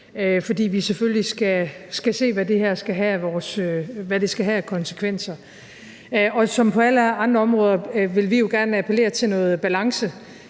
for vi skal selvfølgelig se på, hvad det her skal have af konsekvenser, og som på alle andre områder vil vi jo gerne appellere til noget balance.